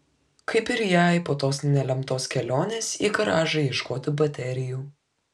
kaip ir jai po tos nelemtos kelionės į garažą ieškoti baterijų